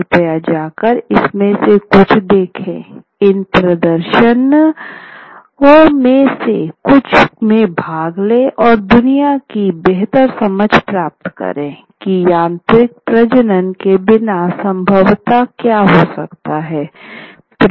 कृपया जाकर इनमें से कुछ देखें इन प्रदर्शनों में से कुछ में भाग ले और दुनिया की बेहतर समझ प्राप्त करें की यांत्रिक प्रजनन के बिना संभवतः क्या हो सकता है